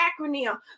acronym